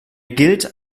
gilt